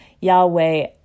Yahweh